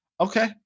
okay